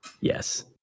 Yes